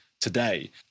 today